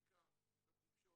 בעיקר בחופשות